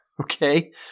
okay